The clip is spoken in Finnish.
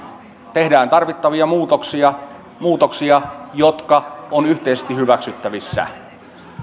tehdään tarvittavia muutoksia muutoksia jotka ovat yhteisesti hyväksyttävissä